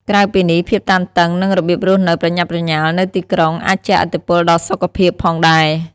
ក្រៅពីនេះ ភាពតានតឹង និងរបៀបរស់នៅប្រញាប់ប្រញាល់នៅទីក្រុងអាចជះឥទ្ធិពលដល់សុខភាពផងដែរ។